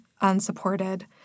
unsupported